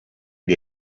dei